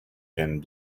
pin